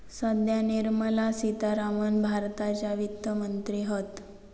सध्या निर्मला सीतारामण भारताच्या वित्त मंत्री हत